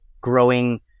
growing